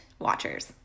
Watchers